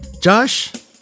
Josh